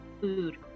Food